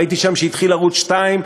והייתי שם כשהתחיל ערוץ 2,